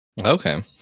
Okay